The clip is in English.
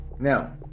Now